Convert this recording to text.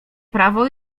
prawo